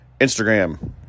Instagram